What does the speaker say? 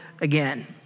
again